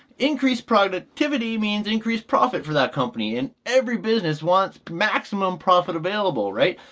increased productivity means increased profit for that company and every business wants maximum profit available right?